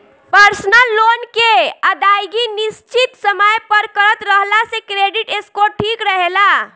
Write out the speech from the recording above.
personal loan के अदायगी निसचित समय पर करत रहला से क्रेडिट स्कोर ठिक रहेला